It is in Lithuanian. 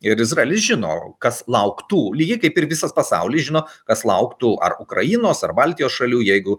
ir izraelis žino kas lauktų lygiai kaip ir visas pasaulis žino kas lauktų ar ukrainos ar baltijos šalių jeigu